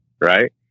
right